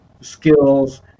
skills